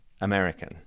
American